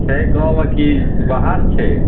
छै गाँवमे कि बाहर छै